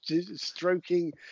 stroking